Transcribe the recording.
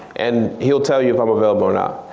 and he'll tell you if i'm available or not.